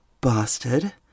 bastard